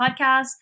Podcast